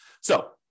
So-